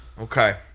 Okay